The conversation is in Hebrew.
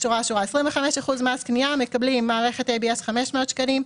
25% מס קניה: מקבלים מערכת ABS-500 שקלים.